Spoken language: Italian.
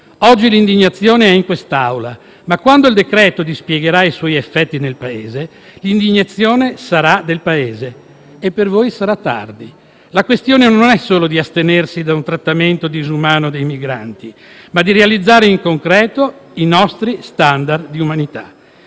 Oggi l'indignazione è in quest'Aula, ma quando il decreto dispiegherà i suoi effetti nel Paese, l'indignazione sarà del Paese e per voi sarà tardi. La questione non è solo astenersi da un trattamento disumano dei migranti, ma realizzare in concreto i nostri *standard* di umanità: